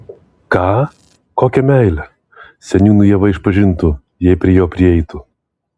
ką kokią meilę seniūnui ieva išpažintų jei prie jo prieitų